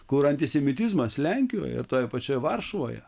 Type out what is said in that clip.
kur antisemitizmas lenkijoje ir toje pačioje varšuvoje